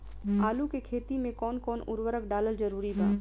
आलू के खेती मे कौन कौन उर्वरक डालल जरूरी बा?